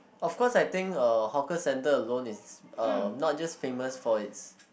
of course I think uh hawker centre alone is uh not just famous for its